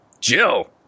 Jill